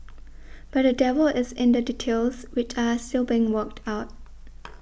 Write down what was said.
but the devil is in the details which are still being worked out